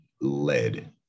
led